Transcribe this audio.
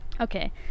Okay